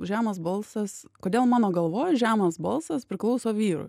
žemas balsas kodėl mano galvoj žemas balsas priklauso vyrui